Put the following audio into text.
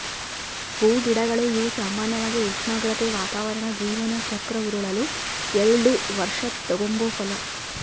ಹೂಗಿಡಗಳು ಇವು ಸಾಮಾನ್ಯವಾಗಿ ಉಷ್ಣಾಗ್ರತೆ, ವಾತಾವರಣ ಜೀವನ ಚಕ್ರ ಉರುಳಲು ಎಲ್ಡು ವರ್ಷ ತಗಂಬೋ ಫಲ